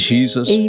Jesus